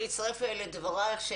להצטרף לדבריך,